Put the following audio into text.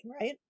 right